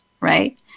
right